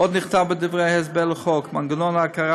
עוד נכתב בדברי ההסבר לחוק: מנגנון ההכרה